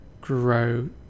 grow